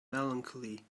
melancholy